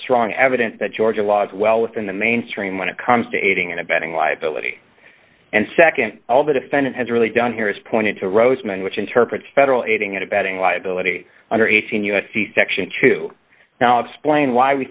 strong evidence that georgia was well within the mainstream when it comes to aiding and abetting liability and nd all the defendant has really done here is pointed to roseman which interprets federal aiding and abetting liability under eighteen u s c section two now explain why we